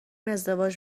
ازدواج